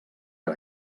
per